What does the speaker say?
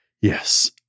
Yes